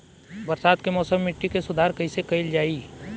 बरसात के मौसम में मिट्टी के सुधार कईसे कईल जाई?